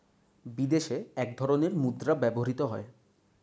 বিদেশে এক ধরনের মুদ্রা ব্যবহৃত হয়